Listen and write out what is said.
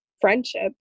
friendship